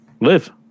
live